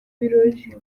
birori